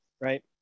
right